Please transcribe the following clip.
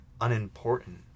unimportant